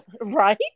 right